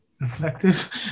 reflective